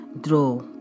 draw